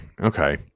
Okay